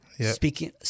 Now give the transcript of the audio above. speaking